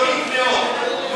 שזאת הייתה הצעת פשרה הגיונית מאוד.